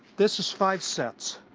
this is five sets.